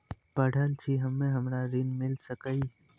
पढल छी हम्मे हमरा ऋण मिल सकई?